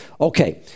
okay